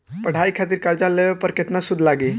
पढ़ाई खातिर कर्जा लेवे पर केतना सूद लागी?